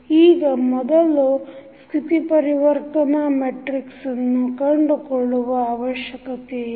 ಈಗ ಮೊದಲು ಸ್ಥಿತಿ ಪರಿವರ್ತನಾ ಮೆಟ್ರಿಕ್ಸನ್ನು ಕಂಡುಕೊಳ್ಳುವ ಅವಶ್ಯಕತೆ ಇದೆ